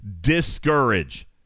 discourage